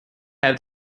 have